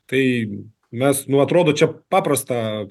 tai mes nu atrodo čia paprasta